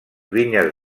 vinyes